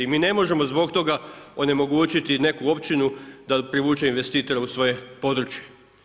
I mi ne možemo zbog toga onemogućiti neku općinu da privuče investitore u svoje područje.